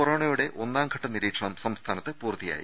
കൊറോണയുടെ ഒന്നാംഘട്ട നിരീക്ഷണം സംസ്ഥാനത്ത് പൂർത്തിയായി